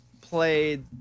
played